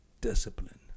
discipline